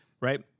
right